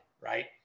right